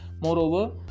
moreover